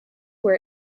were